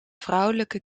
vrouwelijke